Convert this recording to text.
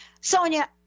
Sonia